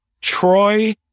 Troy